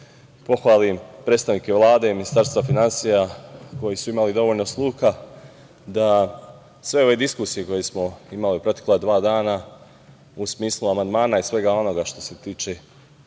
pohvalim predstavnike Vlade, Ministarstva finansija koji su imali dovoljno sluha da sve ove diskusije koje smo imali protekla dva dana u smislu amandmana i svega onoga što se tiče